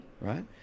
Right